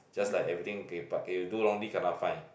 just like everything K you do wrongly kena fine